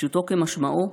פשוטו כמשמעו,